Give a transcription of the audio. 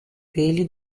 peli